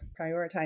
prioritize